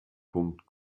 punkt